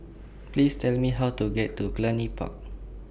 Please Tell Me How to get to Cluny Park